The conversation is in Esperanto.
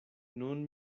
nun